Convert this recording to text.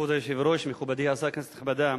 כבוד היושב-ראש, מכובדי השר, כנסת נכבדה,